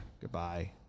Goodbye